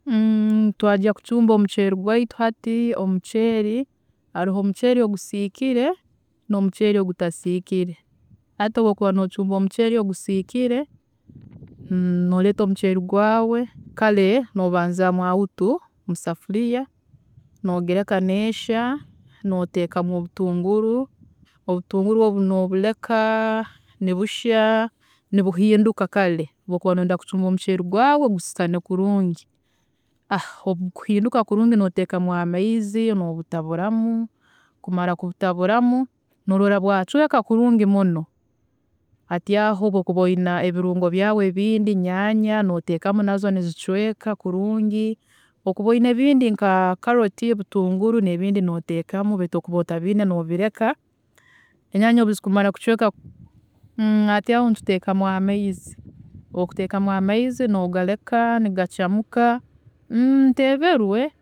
Twajya kucumba omuceeri gwiitu hati, omuceeri, haroho omuceeri ogusiikire nomuceeri ogutasiikire. Hati obu okuba notcuumba omuceeri ogusiikire, noreeta omuceeri gwaawe, kare nobanzamu awutu musafuriya, nogileka neshya, noteekamu obutunguru, obutunguru obu nobureka nibushya, nibuhinduka kare, obu okuba noyenda kucumba omuceeri gwaawe gwisane kurungi, obu bukuhinduka kurungi, noteekamu amaizi nobutaburamu kumara kubutaburamu, nolora bwacweeka kurungi muno, hati aho obu okuba oyine ebirungo byawe ebindi enyaanya noteekamu nazo nizicweeka kurungi, okuba oyine ebindi nka caroti butunguru nebindi noteekamu beitu obu okuba otabiine nobireka, enyanya obuzikumara kucweeka aho hati nituteekamu amaizi, obu okuteekamu amaizi nogareka nigacamuka, nteeberwe.